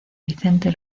vicente